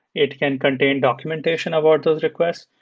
it can contain documentation about those requests.